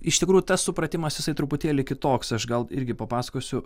iš tikrųjų tas supratimas jisai truputėlį kitoks aš gal irgi papasakosiu